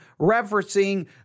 referencing